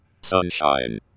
Sunshine